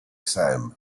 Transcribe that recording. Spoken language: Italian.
sam